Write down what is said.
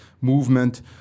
movement